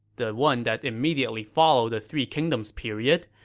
the one that immediately followed the three kingdoms period,